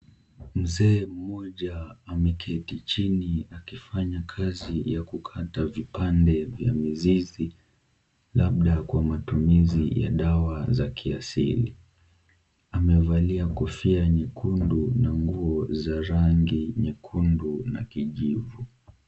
Mzee mmoja ameketi chini akifanya kazi ya kukata vipande vya mizizi labda kwa matumizi ya dawa za kiasili. Amevalia kofia nyekundu na nguo za rangi nyekundu na kijivu.